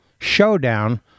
showdown